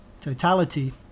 totality